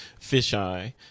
fisheye